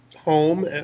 home